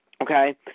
Okay